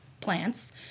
plants